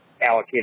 allocated